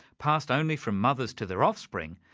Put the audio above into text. passed only from mothers to their offspring,